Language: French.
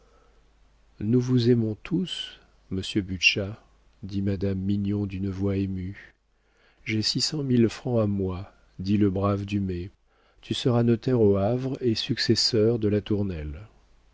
nous vous aimons tous monsieur butscha dit madame mignon d'une voix émue j'ai six cent mille francs à moi dit le brave dumay tu seras notaire au havre et successeur de latournelle